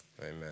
Amen